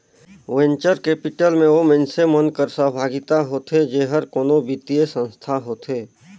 venture capital में ओ मइनसे मन कर सहभागिता होथे जेहर कोनो बित्तीय संस्था होथे